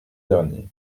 dernier